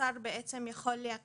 השר יכול לקבוע,